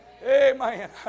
Amen